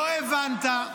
לא הבנת.